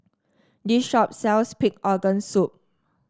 this shop sells Pig's Organ Soup